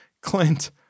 Clint